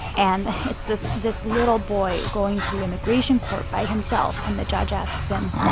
and it's this this little boy going through immigration court by himself. and the judge asks him,